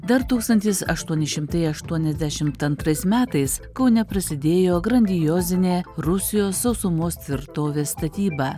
dar tūkstantis aštuoni šimtai aštuoniasdešimt antrais metais kaune prasidėjo grandiozinė rusijos sausumos tvirtovės statyba